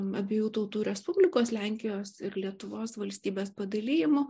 abiejų tautų respublikos lenkijos ir lietuvos valstybės padalijimo